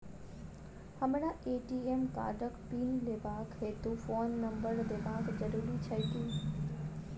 हमरा ए.टी.एम कार्डक पिन लेबाक हेतु फोन नम्बर देबाक जरूरी छै की?